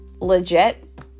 legit